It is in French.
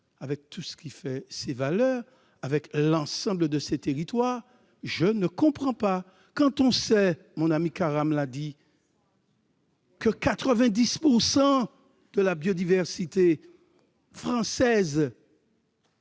avec tout ce qui fait ses valeurs, avec l'ensemble de ses territoires ! C'est horrible ! Je ne comprends pas quand on sait, mon ami Karam l'a souligné, que 90 % de la biodiversité française